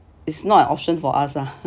it's not an option for us ah